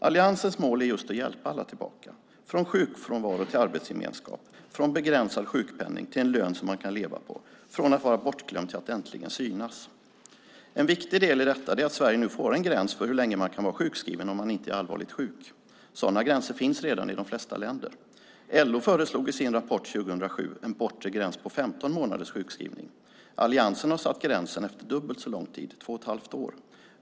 Alliansens mål är just att hjälpa alla tillbaka från sjukfrånvaro till arbetsgemenskap, från begränsad sjukpenning till en lön som man kan leva på, från att vara bortglömd till att äntligen synas. En viktig del i detta är att Sverige nu får en gräns för hur länge man kan vara sjukskriven om man inte är allvarligt sjuk. Sådana gränser finns redan i de flesta länder. LO föreslog i sin rapport 2007 en bortre gräns på 15 månaders sjukskrivning. Alliansen har satt gränsen efter dubbelt så lång tid, två och ett halvt år.